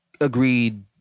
agreed